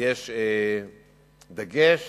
יש דגש